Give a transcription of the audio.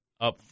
up